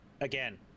Again